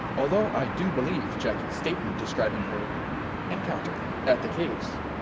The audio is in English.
although i do believe jacki's statement describing her encounter at the caves,